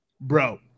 bro